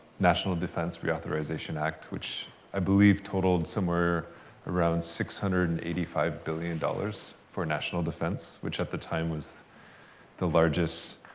national defense authorization act, which i believe totaled somewhere around six hundred and eighty five billion dollars for national defense, which, at the time, was the largest